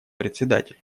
председатель